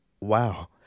Wow